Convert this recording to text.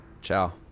Ciao